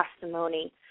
testimony